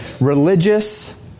religious